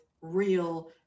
Real